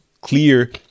clear